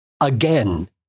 again